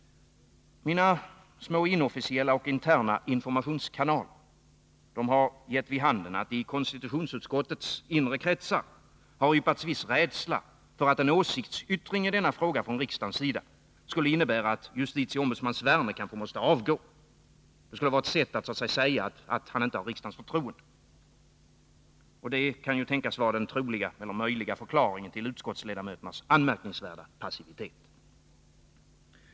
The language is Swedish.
Mina små inofficiella och interna informationskanaler har gett vid handen, att det i konstitutionsutskottets inre kretsar har yppats viss rädsla för att en åsiktsyttring i denna fråga från riksdagens sida skulle innebära att justitieombudsman Sverne kanske måste avgå. Det skulle vara ett sätt att markera att han inte har riksdagens förtroende. Det kan tänkas vara den troliga eller möjliga förklaringen till utskottsledamöternas anmärkningsvärda passivitet.